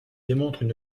démontrent